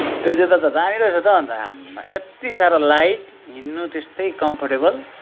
त्यो जुत्ता त दामी रहेछ त हौ अन्त आम्मा यति साह्रो लाइट हिँड्नु त्यस्तै कम्फोर्टेबल